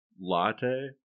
Latte